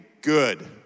good